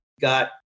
got